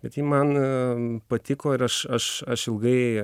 bet ji man patiko ir aš aš aš ilgai